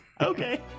okay